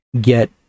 get